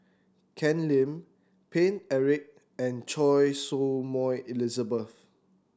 Ken Lim Paine Eric and Choy Su Moi Elizabeth